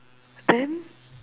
then